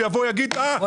הוא יבוא ויגיד: אה,